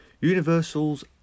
universal's